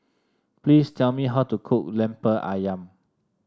please tell me how to cook lemper ayam